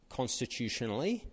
constitutionally